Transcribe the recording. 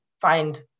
find